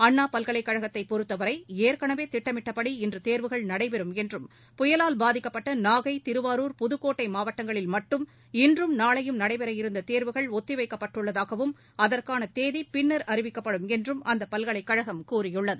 அண்ணா பல்கலைக்கழகத்தை பொறுத்தவரை ஏற்கனவே திட்டமிட்டப்படி இன்று தேர்வுகள் நடைபெறும் என்றும் புயவால் பாதிக்கப்பட்ட நாகை திருவாரூர் புதுக்கோட்டை மாவட்டங்களில் மட்டும் இன்றும் நாளையும் நடைபெற இருந்த தேர்வுகள் ஒத்தி வைக்கப்பட்டுள்ளதாகவும் அதற்கான தேதி பின்னர் அறிவிக்கப்படும் என்றும் அந்த பல்கலைக்கழகம் கூறியுள்ளது